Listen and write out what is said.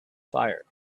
fire